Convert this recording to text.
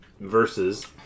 Versus